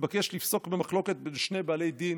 שהתבקש לפסוק במחלוקת בין שני בעלי דין,